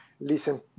listen